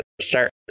start